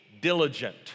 diligent